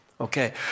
Okay